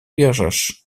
bierzesz